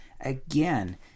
Again